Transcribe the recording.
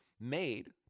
made